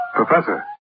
Professor